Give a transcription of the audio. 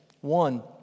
One